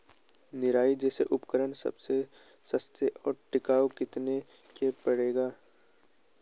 निराई जैसे उपकरण सबसे सस्ते और टिकाऊ कितने के पड़ेंगे?